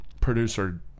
producer